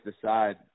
decide